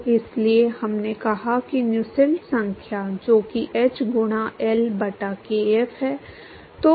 तो इसलिए हमने कहा कि नुसेल्ट संख्या जो कि h गुणा L बटा kf है